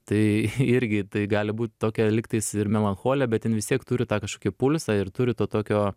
tai irgi tai gali būt tokia lygtais ir melancholija bet jin vis tiek turi tą kažkokį pulsą ir turi to tokio